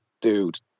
Dude